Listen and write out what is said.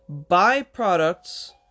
byproducts